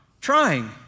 trying